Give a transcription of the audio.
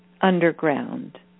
underground